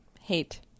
hate